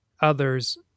others